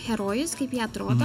herojus kaip jie atrodo